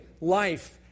life